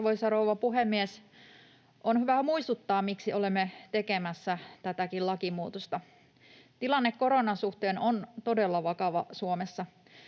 Arvoisa rouva puhemies! On hyvä muistuttaa, miksi olemme tekemässä tätäkin lakimuutosta. Tilanne koronan suhteen on todella vakava Suomessa.